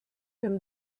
him